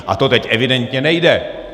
A to teď evidentně nejde!